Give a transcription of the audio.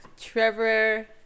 Trevor